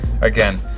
again